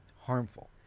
harmful